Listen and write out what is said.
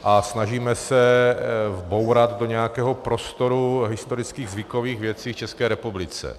A snažíme se bourat do nějakého prostoru historických, zvykových věcí v České republice.